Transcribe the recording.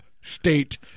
state